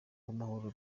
uwamahoro